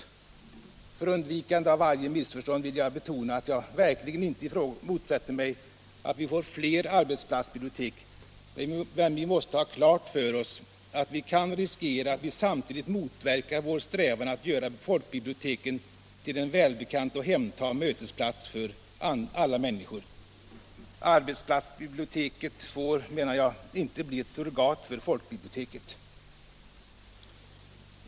87 samhet på kulturområdet För undvikande av varje missförstånd vill jag betona, att jag verkligen inte motsätter mig att vi får fler arbetsplatsbibliotek, men vi måste ha klart för oss att vi kan riskera att vi samtidigt motverkar vår strävan att göra folkbiblioteken till en välbekant och hemtam mötesplats för alla människor. Arbetsplatsbiblioteket får, menar jag, inte bli ett surrogat för folkbiblioteket.